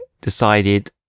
decided